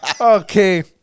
Okay